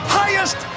highest